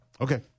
Okay